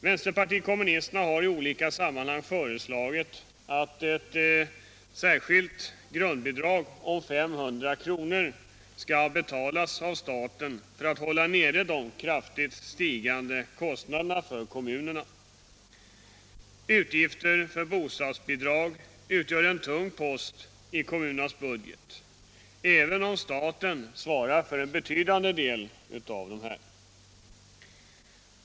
Vänsterpartiet kommunisterna har i olika sammanhang föreslagit att ett särskilt grundbidrag på 500 kr. skall betalas av staten för att hålla nere de kraftigt stigande kostnaderna för kommunerna. Utgifter för bostadsbidrag utgör en tung post i kommunernas budget, även om staten svarar för en betydande del därav.